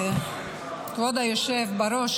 כבוד היושב בראש,